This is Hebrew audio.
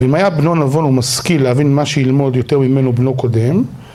אם היה בנו נבון ומשכיל להבין מה שילמוד יותר ממנו בנו קודם.